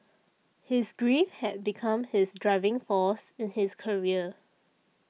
his grief had become his driving force in his career